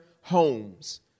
homes